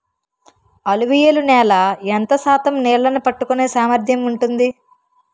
అలువియలు నేల ఎంత శాతం నీళ్ళని పట్టుకొనే సామర్థ్యం ఉంటుంది?